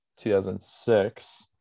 2006